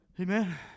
Amen